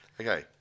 Okay